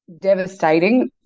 devastating